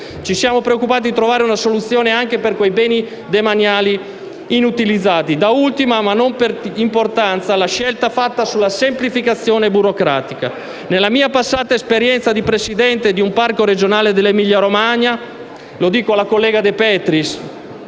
ci siamo preoccupati di trovare una soluzione per i beni demaniali inutilizzati. Da ultima, ma non per importanza, la scelta fatta sulla semplificazione burocratica. Nella mia passata esperienza di presidente di un parco regionale dell'Emilia-Romagna - mi rivolgo alla collega De Petris,